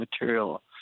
material